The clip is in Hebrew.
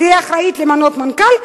תהיה אחראית למנות מנכ"ל,